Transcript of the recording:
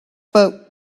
but